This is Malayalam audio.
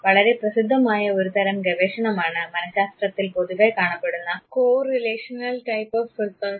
വളരെ പ്രസിദ്ധമായ ഒരുതരം ഗവേഷണമാണ് മനഃശാസ്ത്രത്തിൽ പൊതുവേ കാണപ്പെടുന്ന കോറിലേഷണൽ ടൈപ്പ് ഓഫ് റിസർച്ച്